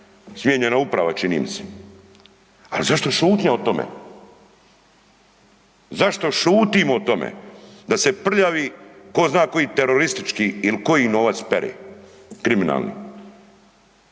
smijenjena uprava čini mi se, al zašto šutnja o tome, zašto šutimo o tome da se prljavi tko zna koji teroristički ili koji novac pere, kriminalni.